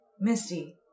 Misty